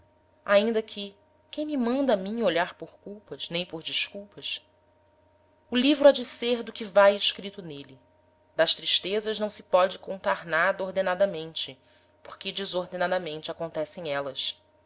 ainda que quem me manda a mim olhar por culpas nem por desculpas o livro ha de ser do que vae escrito n'êle das tristezas não se pode contar nada ordenadamente porque desordenadamente acontecem élas